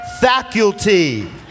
faculty